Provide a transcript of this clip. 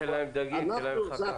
אל תיתן להם דגים, תן להם חכה.